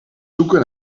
zoeken